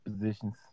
positions